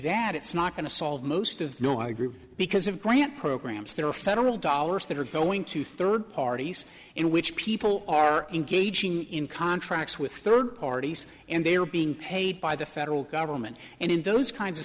that it's not going to solve most of your group because of grant programs there are federal dollars that are going to third parties in which people are engaging in contracts with third parties and they are being paid by the federal government and in those kinds of